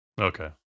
Okay